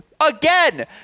Again